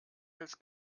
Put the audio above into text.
hotels